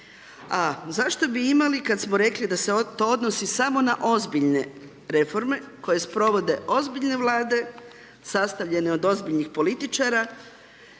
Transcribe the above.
a zašto bi imali kad smo rekli da se to odnosi samo na ozbiljne reforme koje sprovode ozbiljne Vlade sastavljene od ozbiljnih političara